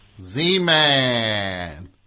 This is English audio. Z-Man